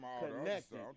connected